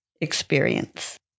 experience